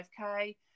5K